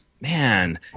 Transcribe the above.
Man